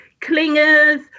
clingers